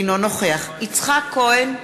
אינו נוכח יצחק כהן,